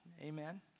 amen